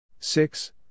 Six